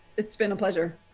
it's been a pleasure.